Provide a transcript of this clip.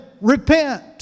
repent